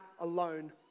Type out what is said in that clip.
alone